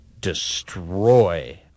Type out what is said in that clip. destroy